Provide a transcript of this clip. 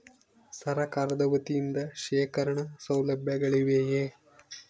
ಸರಕಾರದ ವತಿಯಿಂದ ಶೇಖರಣ ಸೌಲಭ್ಯಗಳಿವೆಯೇ?